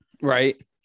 Right